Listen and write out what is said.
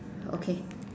okay